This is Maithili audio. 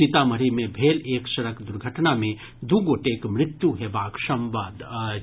सीतामढ़ी मे भेल एक सड़क दुर्घटना मे दू गोटेक मृत्यु हेबाक संवाद अछि